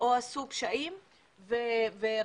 או עשו פשעים ורצחו.